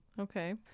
Okay